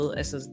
altså